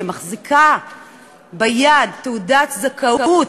שמחזיקה ביד תעודת זכאות,